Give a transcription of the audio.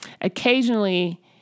Occasionally